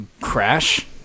crash